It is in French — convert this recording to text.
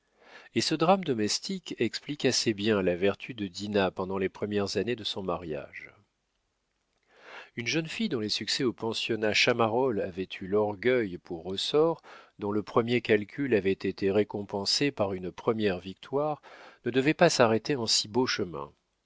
et ce drame domestique explique assez bien la vertu de dinah pendant les premières années de son mariage une jeune fille dont les succès au pensionnat chamarolles avaient eu l'orgueil pour ressort dont le premier calcul avait été récompensé par une première victoire ne devait pas s'arrêter en si beau chemin